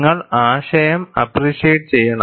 നിങ്ങൾ ആശയം അപ്പ്റിഷിയേറ്റ് ചെയ്യണം